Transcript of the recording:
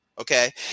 okay